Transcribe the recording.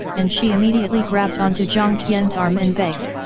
and she immediately grabbed onto jiang tian's arm and begged.